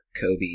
Kobe